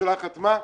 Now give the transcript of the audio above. הממשלה חתמה.